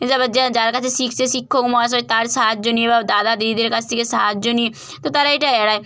তারপর যার কাছে শিখছে শিক্ষক মহাশয় তার সাহায্য নিয়ে বা দাদা দিদিদের কাছ থেকে সাহায্য নিয়ে তো তারা এটা এড়ায়